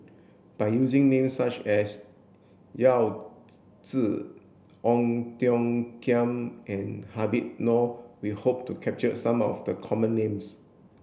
by using names such as Yao Zi Ong Tiong Khiam and Habib Noh we hope to capture some of the common names